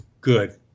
Good